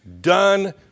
done